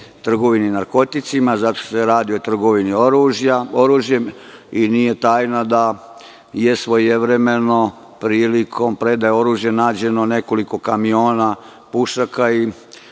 trgovini narkoticima, zato što se radi o trgovini oružjem. Nije tajna da je svojevremeno prilikom predaje oružja nađeno nekoliko kamiona pušaka.